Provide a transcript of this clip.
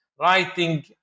writing